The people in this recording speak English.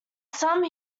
some